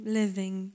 living